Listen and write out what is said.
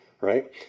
Right